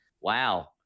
wow